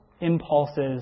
impulses